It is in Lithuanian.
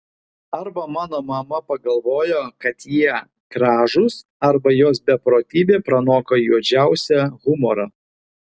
arba mano mama pagalvojo kad jie gražūs arba jos beprotybė pranoko juodžiausią humorą